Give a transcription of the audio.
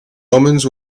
omens